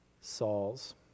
Sauls